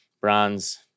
bronze